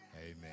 Amen